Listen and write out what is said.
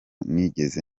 nigeze